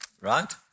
Right